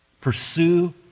Pursue